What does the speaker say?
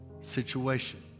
situation